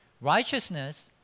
Righteousness